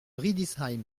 riedisheim